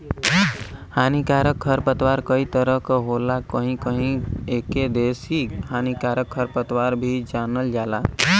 हानिकारक खरपतवार कई तरह क होला कहीं कहीं एके देसी हानिकारक खरपतवार भी जानल जाला